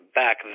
back